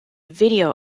video